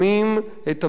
את המתקפות,